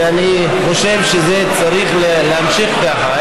ואני חושב שזה צריך להמשיך ככה.